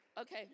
Okay